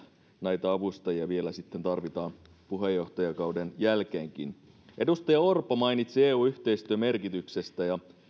näitä avustajia vielä tarvitaan puheenjohtajakauden jälkeenkin edustaja orpo mainitsi eu yhteistyön merkityksestä ja